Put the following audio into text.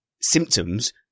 symptoms